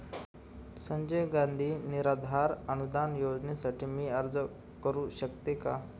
संजय गांधी निराधार अनुदान योजनेसाठी मी अर्ज करू शकते का?